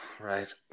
Right